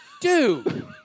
Dude